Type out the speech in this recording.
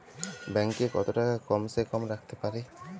Bank এ কত টাকা কম সে কম রাখতে পারি?